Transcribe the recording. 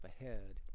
ahead